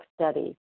Study